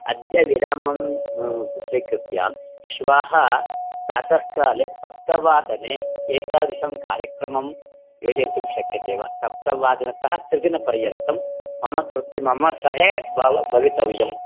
अद्य विरामं स्वीकृत्य श्वः प्रातःकाले सप्तवादने एतादृशं कार्यक्रमं योजयितुं शक्यते वा सप्तवादनतः त्रिदिनपर्यन्तं मम कृते मम सह बव भवितव्यम्